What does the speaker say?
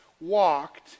walked